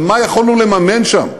מה יכולנו לממן שם?